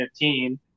2015